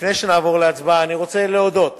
לפני שנעבור להצבעה אני רוצה להודות